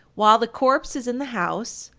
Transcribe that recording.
while the corpse is in the house,